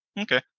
Okay